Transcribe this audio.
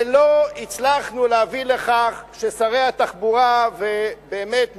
ולא הצלחנו להביא לכך ששרי התחבורה שמתחלפים,